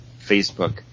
Facebook